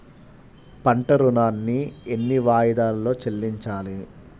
పంట ఋణాన్ని ఎన్ని వాయిదాలలో చెల్లించాలి?